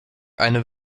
eine